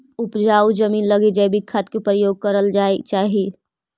उपजाऊ जमींन लगी जैविक खाद के प्रयोग करल जाए के चाही